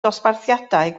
dosbarthiadau